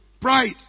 pride